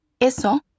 Eso